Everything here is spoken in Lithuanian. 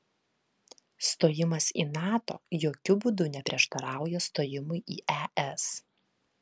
stojimas į nato jokiu būdu neprieštarauja stojimui į es